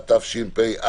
התשפ"א.